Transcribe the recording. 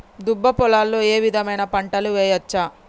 దుబ్బ పొలాల్లో ఏ విధమైన పంటలు వేయచ్చా?